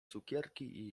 cukierki